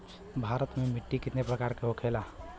भारत में मिट्टी कितने प्रकार का होखे ला?